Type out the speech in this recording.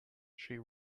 she